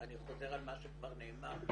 אני חוזר על מה שכבר נאמר,